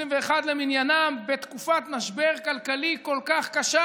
למניינם בתקופת משבר כלכלי כל כך קשה,